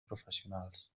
professionals